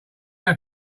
have